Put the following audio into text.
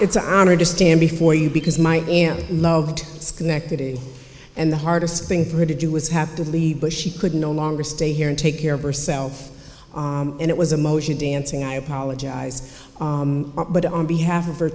it's an honor to stand before you because my aunt loved schenectady and the hardest thing for her to do was have to leave but she could no longer stay here and take care of herself and it was emotion dancing i apologize but on behalf of her